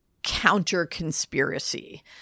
counter-conspiracy